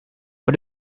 but